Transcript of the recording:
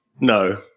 No